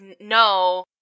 no